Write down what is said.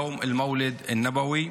יום אל-מוולד א-נבי,